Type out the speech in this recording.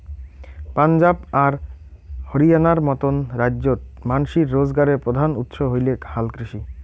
পাঞ্জাব আর হরিয়ানার মতন রাইজ্যত মানষির রোজগারের প্রধান উৎস হইলেক হালকৃষি